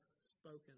spoken